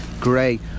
Gray